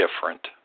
different